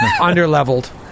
under-leveled